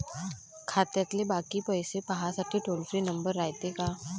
खात्यातले बाकी पैसे पाहासाठी टोल फ्री नंबर रायते का?